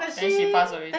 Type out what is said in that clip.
then she pass already